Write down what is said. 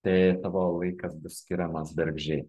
tai tavo laikas bus skiriamas bergždžiai